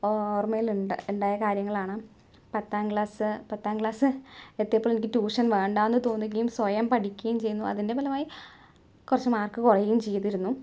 ഓർമയിലുണ്ട് ഉണ്ടായ കാര്യങ്ങളാണ് പത്താം ക്ലാസ് പത്താം ക്ലാസ് എത്തിയപ്പോൾ എനിക്ക് ട്യൂഷൻ വേണ്ടാന്ന് തോന്നുകയും സ്വയം പഠിക്കുകയും ചെയ്യുന്നു അതിൻ്റെ ഫലമായി കുറച്ച് മാർക്ക് കുറയുകയും ചെയ്തിരുന്നു